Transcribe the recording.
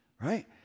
Right